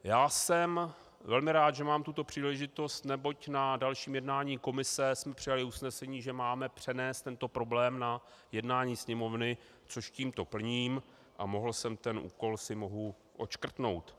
Já jsem velmi rád, že mám tuto příležitost, neboť na dalším jednání komise jsme přijali usnesení, že máme přenést tento problém na jednání Sněmovny, což tímto plním, a mohl jsem si ten úkol odškrtnout.